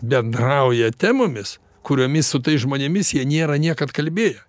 bendrauja temomis kuriomis su tais žmonėmis jie nėra niekad kalbėję